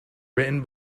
written